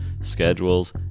schedules